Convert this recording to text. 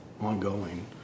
ongoing